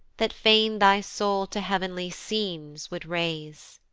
that fain thy soul to heav'nly scenes would raise.